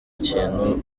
kintu